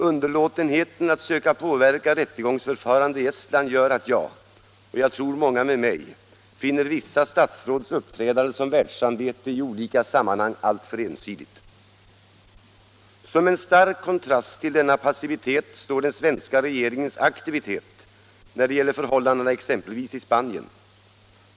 Underlåtenheten att söka påverka rättegångsförfarandet i Estland gör att jag — och jag tror många med mig — finner vissa statsråds uppträdande som världssamvete i olika sammanhang alltför ensidigt. Som en stark kontrast till denna passivitet står den svenska regeringens aktivitet när det gäller förhållandena exempelvis i Spanien.